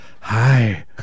Hi